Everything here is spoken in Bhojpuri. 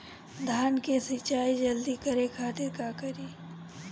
धान के सिंचाई जल्दी करे खातिर का करी?